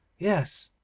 yes,